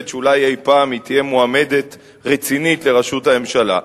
שאולי אי-פעם היא תהיה מועמדת רצינית לראשות הממשלה.